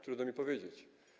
Trudno mi powiedzieć.